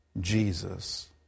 Jesus